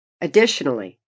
Additionally